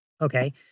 Okay